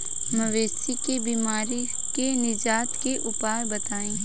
मवेशी के बिमारी से निजात के उपाय बताई?